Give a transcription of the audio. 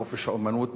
בחופש האמנות,